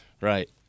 right